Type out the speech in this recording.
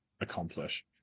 accomplish